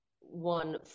one